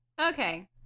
Okay